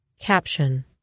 Caption